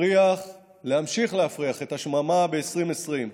להמשיך להפריח את השממה ב-2020.